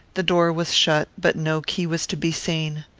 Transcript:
the door was shut, but no key was to be seen.